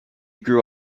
grew